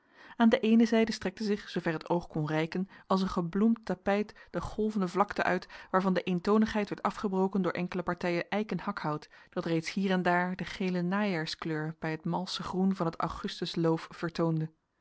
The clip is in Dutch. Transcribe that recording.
aan de eene zijde strekte zich zoover het oog kon reiken als een gebloemd tapijt de golvende vlakte uit waarvan de eentonigheid werd afgebroken door enkele partijen eikenhakhout dat reeds hier en daar de gele najaarskleur bij net malsche groen van het augustusloof vertoonde